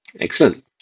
excellent